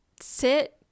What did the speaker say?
sit